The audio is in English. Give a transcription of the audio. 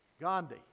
Gandhi